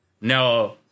no